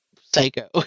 psycho